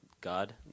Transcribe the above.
God